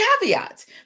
caveats